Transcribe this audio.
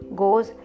goes